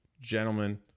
Gentlemen